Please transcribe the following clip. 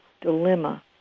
dilemma